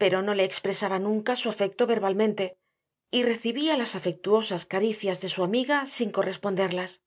pero no le expresaba nunca su afecto verbalmente y recibía las afectuosas caricias de su amiga sin corresponderlas